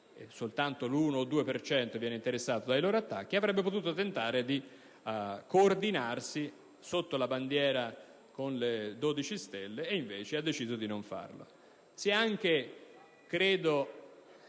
soltanto l'1-2 per cento viene interessato dai loro attacchi; ripeto, si sarebbe potuto tentare di coordinarsi sotto la bandiera con le 12 stelle e invece si è deciso di non farlo.